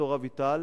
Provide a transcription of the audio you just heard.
ד"ר אביטל